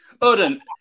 Odin